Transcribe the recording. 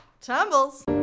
tumbles